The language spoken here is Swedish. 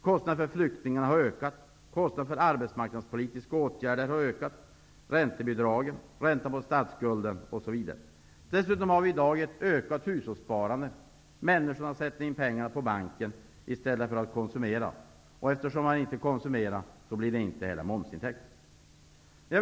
Kostnaderna för flyktingar har ökat, likaså kostnaderna för arbetsmarknadspolitiska åtgärder, räntan på statsskulden, osv. Dessutom har vi i dag ett ökat hushållssparande. Människorna sätter in pengar på banken i stället för att konsumera. Eftersom de inte konsumerar, blir det inte heller momsintäkter.